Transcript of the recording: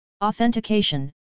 authentication